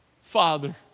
Father